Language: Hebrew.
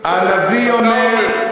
אתה אומר.